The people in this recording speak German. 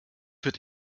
wird